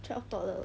twelve dollar